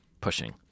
pushing